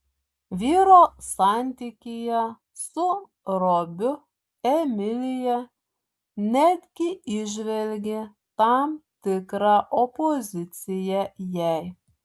vyro santykyje su robiu emilija netgi įžvelgė tam tikrą opoziciją jai